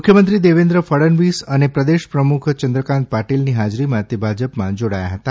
મુખ્યમંત્રી દેવેન્દ્ર ફડણવીસ અને પ્રદેશ પ્રમુખ ચંદ્રકાંત પાટીલની હાજરીમાં તે ભાજપમાં જોડાથા હતા